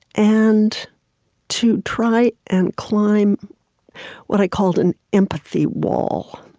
and to try and climb what i called an empathy wall